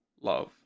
love